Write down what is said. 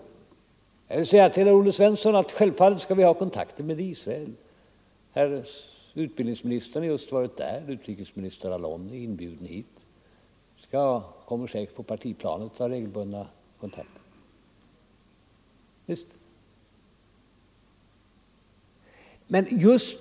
Jag vill säga till herr Olle Svensson i Eskilstuna att vi självfallet skall ha kontakter med Israel. Vår utbildningsminister har just varit där nere, Israels utrikesminister Allon är inbjuden hit, och vi kommer säkert att ha regelbundna kontakter på partiplanet.